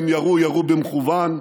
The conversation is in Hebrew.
אם ירו, ירו במכוון,